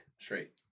straight